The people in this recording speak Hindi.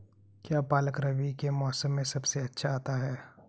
क्या पालक रबी के मौसम में सबसे अच्छा आता है?